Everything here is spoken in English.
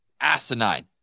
asinine